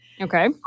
Okay